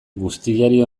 guztiari